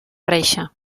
reixa